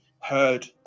heard